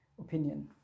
opinion